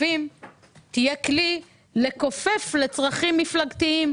הכספים תהיה כלי לכופף לצרכים מפלגתיים.